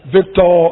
Victor